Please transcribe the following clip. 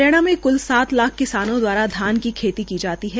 हरियाणा में क्ल सात लाख किसानों द्वारा धान की खेती की जा जाती है